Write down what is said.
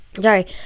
sorry